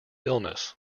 illness